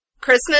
Christmas